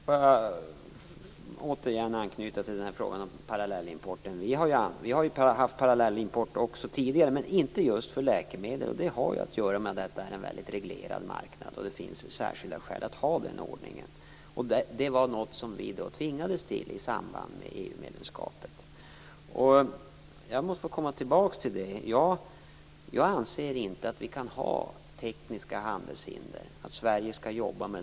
Herr talman! Jag vill återigen anknyta till frågan om parallellimporten. Vi har ju haft parallellimport också tidigare men inte för just läkemedel. Det har att göra med att detta är en väldigt reglerad marknad, där det finns särskilda skäl att ha den ordningen. Parallellimporten är någonting som vi tvingades till i samband med EU-medlemskapet. Jag anser inte att Sverige skall arbeta med åtgärder som tekniska handelshinder.